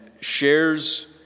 shares